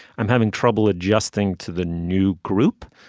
i'm having trouble adjusting to the new group.